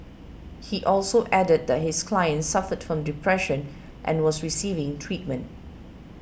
he also added that his client suffered from depression and was receiving treatment